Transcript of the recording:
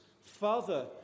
Father